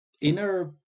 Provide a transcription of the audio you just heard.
inner